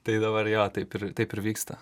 tai dabar jo taip ir taip ir vyksta